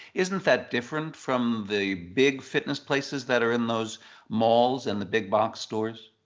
isn't that different from the big fitness places that are in those malls and the big box stores?